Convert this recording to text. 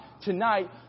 tonight